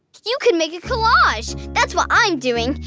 you can make a collage! that's what i'm doing.